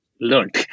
learned